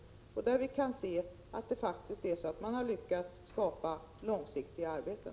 Där kan vi se att man faktiskt har lyckats skapa långsiktiga arbeten.